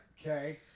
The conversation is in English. Okay